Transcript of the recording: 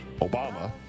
Obama